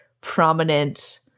prominent